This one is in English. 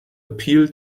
appeal